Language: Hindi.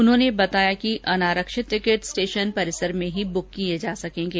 उन्होंने बताया कि अनारक्षित टिकट स्टेशन परिसर में ही बुक किए जा सकेंगे